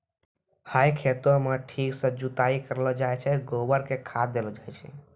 है खेतों म ठीक सॅ जुताई करलो जाय छै, गोबर कॅ खाद देलो जाय छै